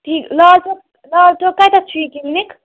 ٹھیٖک لال چوک لال چوک کَتٮ۪تھ چھُ یہ کِلنِک